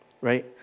right